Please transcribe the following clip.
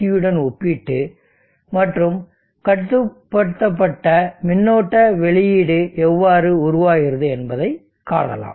யுடன் ஒப்பிட்டு மற்றும் கட்டுப்படுத்தப்பட்ட மின்னோட்ட வெளியீடு எவ்வாறு உருவாகிறது என்பதைக் காணலாம்